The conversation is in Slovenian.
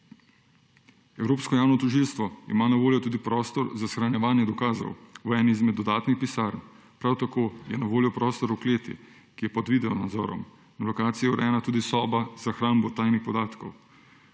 Evropsko javno tožilstvo ima na voljo tudi prostor za shranjevanje dokazov v eni izmed dodatnih pisarn. Prav tako je na voljo prostor v kleti, ki je pod videonadzorom. Na lokaciji je urejena tudi soba za hrambo tajnih podatkov.